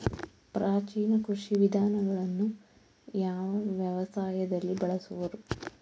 ಪ್ರಾಚೀನ ಕೃಷಿ ವಿಧಾನಗಳನ್ನು ಯಾವ ವ್ಯವಸಾಯದಲ್ಲಿ ಬಳಸುವರು?